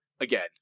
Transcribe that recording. Again